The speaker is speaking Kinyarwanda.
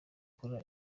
akora